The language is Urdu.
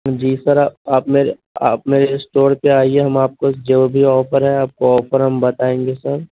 جی سر آپ میرے آپ میرے اسٹور پہ آئیے ہم آپ کو جو بھی آفر ہے آپ کو آفر ہم بتائیں گے سر